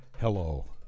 hello